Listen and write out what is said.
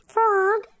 Frog